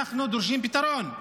אנחנו דורשים פתרון.